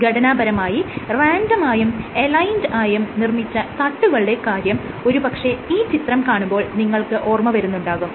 ഘടനാപരമായി റാൻഡമായും അലൈൻഡ് ആയും നിർമ്മിച്ച തട്ടുകളുടെ കാര്യം ഒരു പക്ഷെ ഈ ചിത്രം കാണുമ്പോൾ നിങ്ങൾക്ക് ഓർമ്മ വരുന്നുണ്ടാകും